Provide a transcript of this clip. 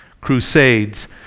crusades